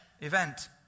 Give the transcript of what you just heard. event